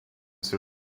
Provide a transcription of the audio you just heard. ces